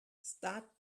start